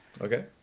Okay